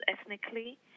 ethnically